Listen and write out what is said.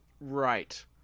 Right